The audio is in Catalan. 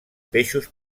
peixos